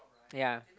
ya